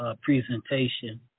presentation